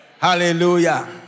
Hallelujah